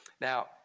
Now